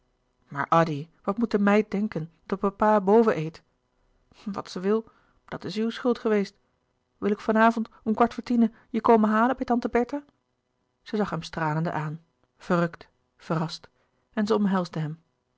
maar addy wat moet de meid denken dat papa boven eet louis couperus de boeken der kleine zielen wat ze wil dat is uw schuld geweest wil ik van avond om kwart voor tienen je komen halen bij tante bertha zij zag hem stralende aan verrukt verrast en zij omhelsde hem